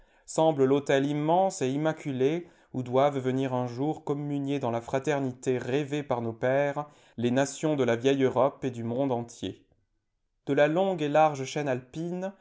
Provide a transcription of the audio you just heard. semble l'autel immense et immaculé où doivent venir un jour communier dans la fraternité rêvée par nos pères les nations de la vieille europe et du monde entier de la longue et large chaîne alpine